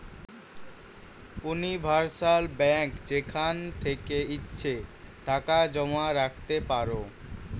universal bank যেখান থেকে ইচ্ছে টাকা জমা রাখতে পারো